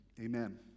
amen